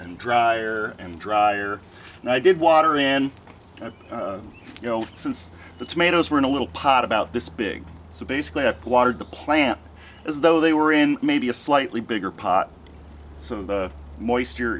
and drier and drier and i did water in you know since the tomatoes were in a little pot about this big so basically up watered the plant as though they were in maybe a slightly bigger pot so the moisture